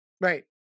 Right